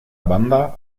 banda